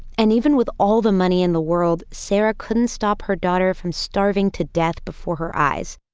and even with all the money in the world, sarah couldn't stop her daughter from starving to death before her eyes.